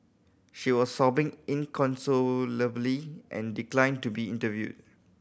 she was sobbing inconsolably and declined to be interviewed